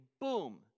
boom